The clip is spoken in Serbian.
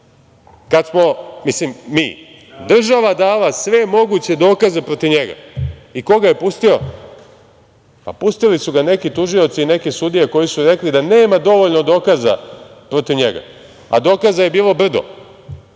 Kad smo mi, mislim mi, kada je država dala sve moguće dokaze protiv njega i ko ga je pustio? Pustili su ga neki tužioci, neke sudije koje su rekle da nema dovoljno dokaza protiv njega, a dokaza je bilo brdo,